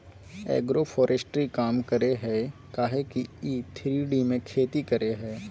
agroforestry काम करेय हइ काहे कि इ थ्री डी में खेती करेय हइ